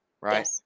right